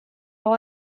all